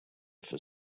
for